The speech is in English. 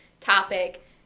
topic